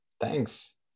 Thanks